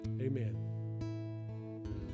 Amen